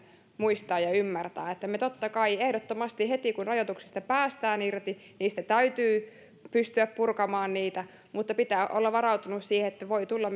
muistaa ja ymmärtää totta kai ehdottomasti heti kun rajoituksista päästään irti niitä täytyy pystyä purkamaan mutta pitää olla varautunut siihen että voi tulla